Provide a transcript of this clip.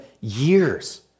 years